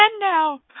now